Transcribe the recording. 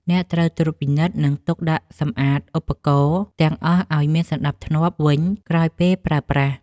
អ្នកត្រូវត្រួតពិនិត្យ និងទុកដាក់សម្អាតឧបករណ៍ទាំងអស់ឱ្យមានសណ្ដាប់ធ្នាប់វិញក្រោយពេលប្រើប្រាស់។